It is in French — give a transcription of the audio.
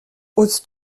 oses